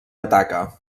ataca